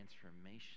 transformation